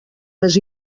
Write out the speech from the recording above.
més